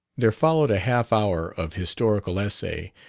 there followed a half hour of historical essay,